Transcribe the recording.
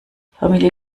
familie